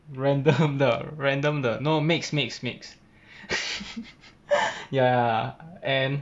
random 的 random 的 no mix mix mix ya and